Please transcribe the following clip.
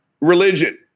religion